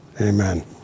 amen